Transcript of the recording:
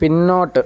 പിന്നോട്ട്